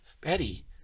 Betty